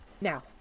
Now